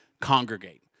congregate